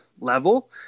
level